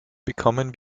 bekommen